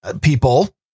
people